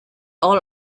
all